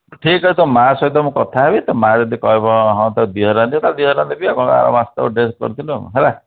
ହଁ ଠିକ୍ ଅଛି ତୋ ମା' ସହିତ ମୁଁ କଥା ହେବି ତୋ ମା' ଯଦି କହିବି ହଁ ତାକୁ ଦୁଇ ହଜାର ଟଙ୍କା ଦିଅ ଦୁଇ ହଜାର ଟଙ୍କା ଦେବି ଆଉ କ'ଣ ଆର ମାସକୁ ଡ୍ରେସ୍ କରିଥିଲୁ ହେଲା